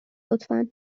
لطفا